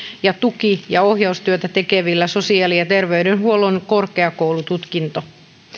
ja tuki ja ohjaustyötä tekevillä sosiaali ja terveydenhuollon korkeakoulututkinto